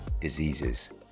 diseases